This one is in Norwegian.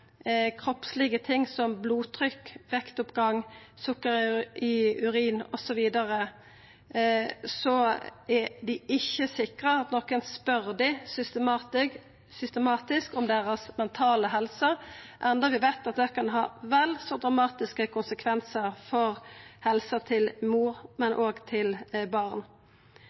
ting som blodtrykk, vektoppgang, sukker i urinen osv., men at dei ikkje er sikra at nokon spør dei systematisk om den mentale helsa deira, enda vi veit at det kan ha vel så dramatiske konsekvensar for helsa til både mor og barn.